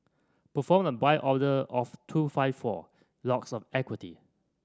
perform a buy order of two five four lots of equity